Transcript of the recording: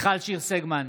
מיכל שיר סגמן,